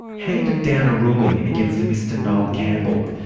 handed down a ruling against a mr noel campbell.